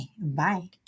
Bye